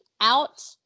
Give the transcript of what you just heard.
out